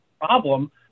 problem